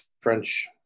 French